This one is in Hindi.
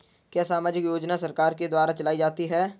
क्या सामाजिक योजनाएँ सरकार के द्वारा चलाई जाती हैं?